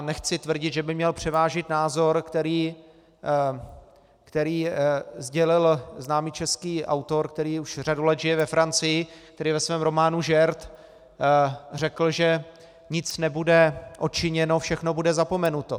Nechci tvrdit, že by měl převážit názor, který sdělil známý český autor, který už řadu let žije ve Francii, který ve svém románu Žert řekl, že nic nebude odčiněno, všechno bude zapomenuto.